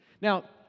Now